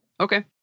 Okay